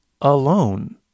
alone